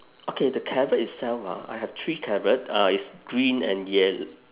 okay the carrot itself ah I have three carrot uh it's green and yell~